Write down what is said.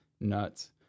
nuts